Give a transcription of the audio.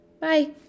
Bye